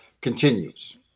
continues